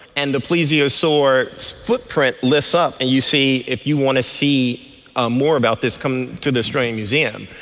and the plesiosaur's footprint lifts up and you see if you want to see ah more about this come to the australian museum.